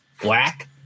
black